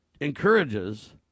encourages